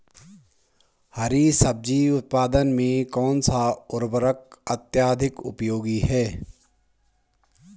हरी सब्जी उत्पादन में कौन सा उर्वरक अत्यधिक उपयोगी है?